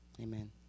amen